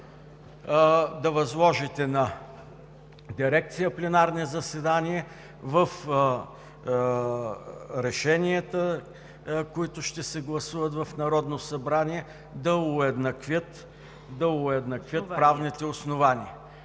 да възложите на дирекция „Пленарни заседания“ в решенията, които ще се гласуват в Народното събрание, да уеднаквят правните основания.